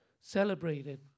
celebrated